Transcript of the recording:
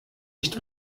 nicht